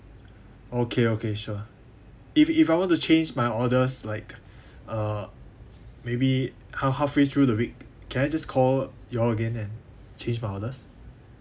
okay okay sure if if I want to change my orders like uh maybe ha~ halfway through the week can I just call you all again and change my orders